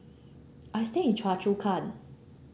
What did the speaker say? I stay in choa chu kang